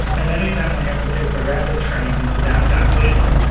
and any time i have to take the rapid train into downtown cleveland,